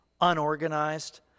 unorganized